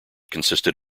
consisted